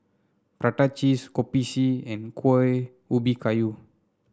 Prata Cheese Kopi C and Kueh Ubi Kayu